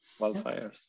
Wildfires